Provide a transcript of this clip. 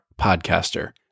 Podcaster